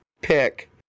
pick